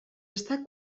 està